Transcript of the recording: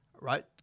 Right